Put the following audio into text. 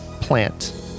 plant